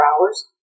hours